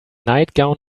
nightgown